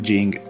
Jing